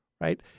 right